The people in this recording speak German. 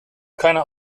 keine